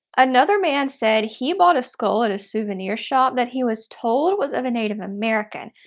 another man said he bought a skull at a souvenir shop that he was told was of a native american.